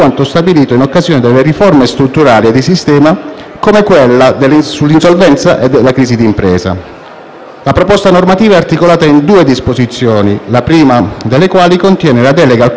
come quella sull'insolvenza e sulla crisi d'impresa. La proposta normativa è articolata in due disposizioni, la prima delle quali contiene la delega al Governo, mentre la seconda reca disposizioni finanziarie.